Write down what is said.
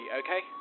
okay